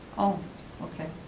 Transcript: oh okay!